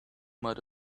might